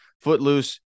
Footloose